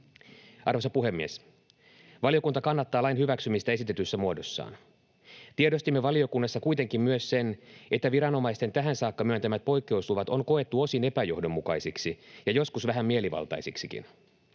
Arvoisa puhemies! Valiokunta kannattaa lain hyväksymistä esitetyssä muodossaan. Tiedostimme valiokunnassa kuitenkin myös sen, että viranomaisten tähän saakka myöntämät poikkeusluvat on koettu osin epäjohdonmukaisiksi ja joskus vähän mielivaltaisiksikin.